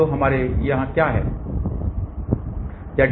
तो हमारे यहाँ क्या है